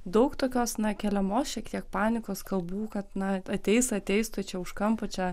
daug tokios na keliamos šiek tiek panikos kalbų kad na ateis ateis tuoj čia už kampo čia